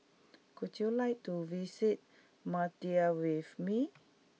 would you like to visit Madrid with me